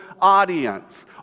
audience